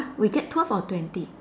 we get twelve or twenty